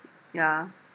yeah